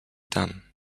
done